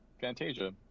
Fantasia